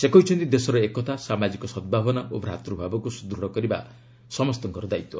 ସେ କହିଛନ୍ତି ଦେଶର ଏକତା ସାମାଜିକ ସଦ୍ଭାବନା ଓ ଭ୍ରାତୃଭାବକୁ ସୁଦୃଢ଼ କରିବା ସମସ୍ତଙ୍କର ଦାୟିତ୍ୱ